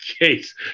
case